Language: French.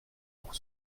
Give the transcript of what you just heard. pour